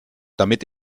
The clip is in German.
damit